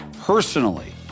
personally